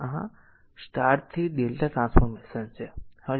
તેથી આ r t થી Δ ટ્રાન્સફોર્મેશન છે